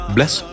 Bless